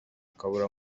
akabura